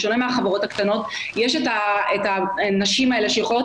בשונה מהחברות הקטנות יש את הנשים האלה שיכולות